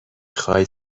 خواید